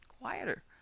quieter